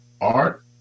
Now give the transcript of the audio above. art